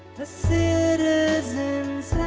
the citizens